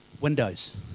Windows